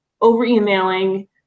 over-emailing